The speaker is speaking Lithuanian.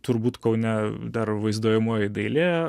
turbūt kaune dar vaizduojamoji dailė